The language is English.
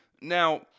Now